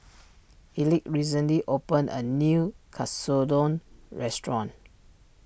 Elick recently opened a new Katsudon restaurant